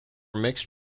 mixed